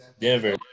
Denver